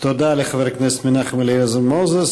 לחבר הכנסת מנחם אליעזר מוזס.